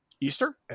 Easter